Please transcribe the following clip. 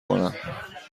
کنم